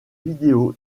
vidéo